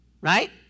right